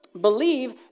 Believe